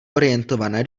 orientované